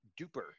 Duper